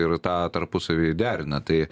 ir tą tarpusavy derina tai